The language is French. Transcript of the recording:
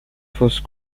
fosse